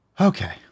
Okay